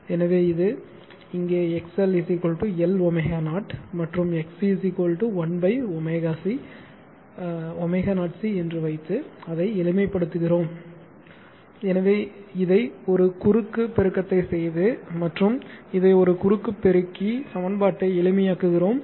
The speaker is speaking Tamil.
எனவே இது இங்கே XL L ω0 மற்றும் XC 1 ω C ω0C என்று வைத்து அதை எளிமைப்படுத்துகிறோம் எனவே இதை ஒரு குறுக்கு பெருக்கத்தை செய்து மற்றும் இதை ஒரு குறுக்கு பெருக்கி சமன்பாட்டை எளிமையாக்குகிறோம்